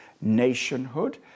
nationhood